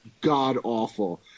god-awful